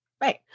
Right